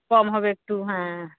কম হবে একটু হ্যাঁ